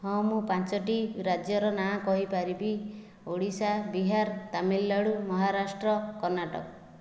ହଁ ମୁଁ ପାଞ୍ଚୋଟି ରାଜ୍ୟର ନାଁ କହିପାରିବି ଓଡ଼ିଶା ବିହାର ତାମିଲନାଡ଼ୁ ମହାରାଷ୍ଟ୍ର କର୍ଣ୍ଣାଟକ